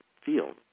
field